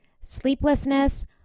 sleeplessness